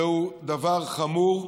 זהו דבר חמור,